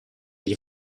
gli